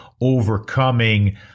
overcoming